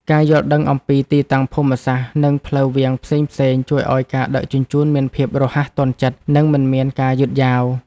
ការយល់ដឹងអំពីទីតាំងភូមិសាស្ត្រនិងផ្លូវវាងផ្សេងៗជួយឱ្យការដឹកជញ្ជូនមានភាពរហ័សទាន់ចិត្តនិងមិនមានការយឺតយ៉ាវ។